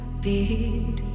beat